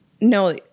No